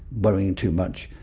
worrying too much,